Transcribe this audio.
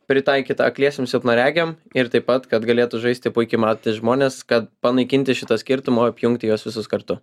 pritaikyta akliesiems silpnaregiam ir taip pat kad galėtų žaisti puikai matantys žmonės kad panaikinti šitą skirtumą apjungti juos visus kartu